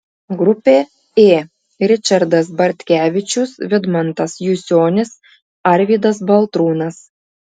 grupė ė ričardas bartkevičius vidmantas jusionis arvydas baltrūnas